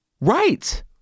Right